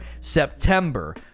September